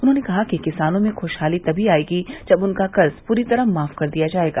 उन्होंने कहा कि किसानों में खशहाली तमी आएगी जब उनका कर्ज पूरी तरह माफ कर दिया जाएगा